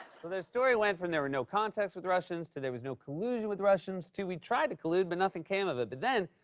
so their story went from there were no contacts with russians to there was no collusion with russians to we tried to collude but nothing came of it. but then,